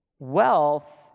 Wealth